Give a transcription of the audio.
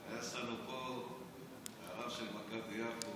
יש לנו פה הרב של מכבי יפו,